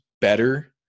better